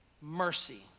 mercy